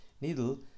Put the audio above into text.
needle